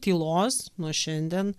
tylos nuo šiandien